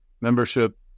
membership